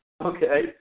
Okay